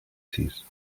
sis